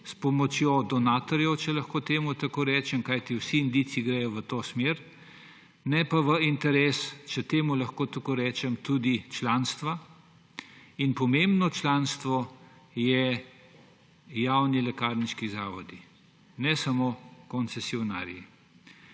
s pomočjo donatorjev, če lahko temu tako rečem. Kajti vsi indici gredo v to smer, ne pa v interes, če temu lahko tako rečem, članstva. Pomembno članstvo so javni lekarniški zavodi, ne samo koncesionarji.